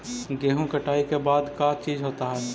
गेहूं कटाई के बाद का चीज होता है?